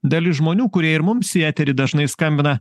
dalis žmonių kurie ir mums į eterį dažnai skambina